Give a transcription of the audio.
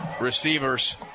receivers